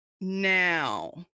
now